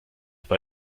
bei